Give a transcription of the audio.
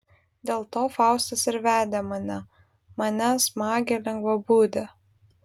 dėl to faustas ir vedė mane mane smagią lengvabūdę